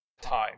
time